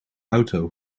auto